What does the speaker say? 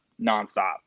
nonstop